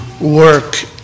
work